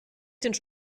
sich